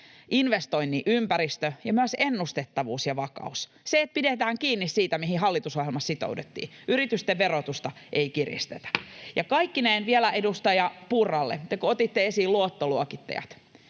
investoinnin ympäristö ja myös ennustettavuus ja vakaus — se, että pidetään kiinni siitä, mihin hallitusohjelmassa sitouduttiin. Yritysten verotusta ei kiristetä. Ja kaikkineen vielä edustaja Purralle, te kun otitte esiin luottoluokittajat: